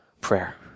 Prayer